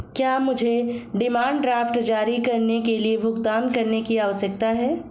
क्या मुझे demand draft जारी करने के लिए भुगतान करने की आवश्यकता है?